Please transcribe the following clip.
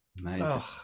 Nice